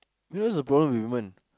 you know what's the problem with women